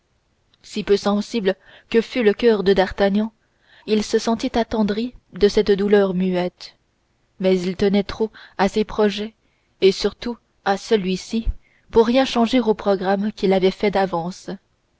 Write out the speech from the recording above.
si peu sensible que fût le coeur de d'artagnan il se sentit attendri par cette douleur muette mais il tenait trop à ses projets et surtout à celui-ci pour rien changer au programme qu'il avait fait d'avance